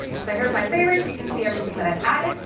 so, here's my favorites. you can see everything that i have added,